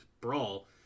Brawl